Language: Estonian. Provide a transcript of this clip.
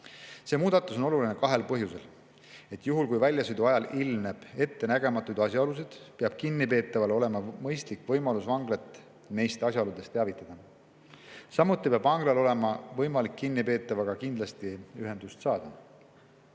See muudatus on oluline kahel põhjusel. Juhul kui väljasõidu ajal ilmneb ettenägematuid asjaolusid, peab kinnipeetaval olema mõistlik võimalus vanglat neist asjaoludest teavitada. Samuti peab vanglal olema võimalik kinnipeetavaga kindlasti ühendust saada.